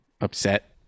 upset